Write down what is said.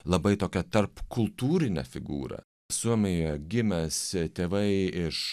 labai tokią tarpkultūrinę figūrą suomijoje gimęs tėvai iš